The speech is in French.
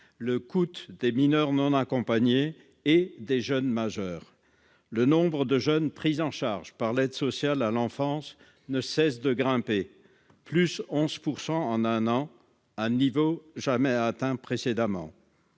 le coût des mineurs non accompagnés et des jeunes majeurs. Le nombre de jeunes pris en charge par l'aide sociale à l'enfance (ASE) ne cesse de grimper : il a progressé de 11 % en un an- un niveau jamais atteint précédemment.